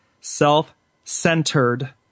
self-centered